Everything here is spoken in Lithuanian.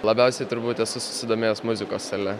labiausiai turbūt esu susidomėjęs muzikos sale